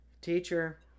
Teacher